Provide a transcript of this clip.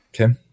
Okay